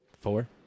Four